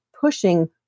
pushing